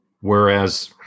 Whereas